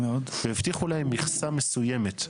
והבטיחו להם מכסה מסוימת.